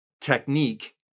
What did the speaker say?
technique